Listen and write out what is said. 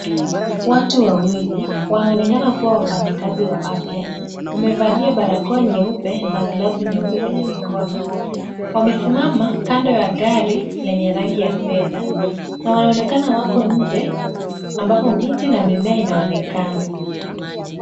Watu wawili wanaonekana kuwa wafanyakazi wa afya. Wamevalia barakoa nyeupe na glavu nyeupe kwenye mikono. Wamesimama kando ya gari lenye rangi ya fedha na wanaonekana wako nje ambapo miti na mimea inaonekana.